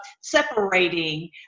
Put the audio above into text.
separating